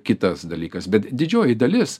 kitas dalykas bet didžioji dalis